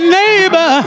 neighbor